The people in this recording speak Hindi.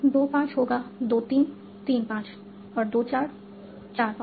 2 5 होगा 2 3 3 5 और 2 4 4 5